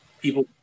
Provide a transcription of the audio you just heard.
people